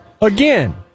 Again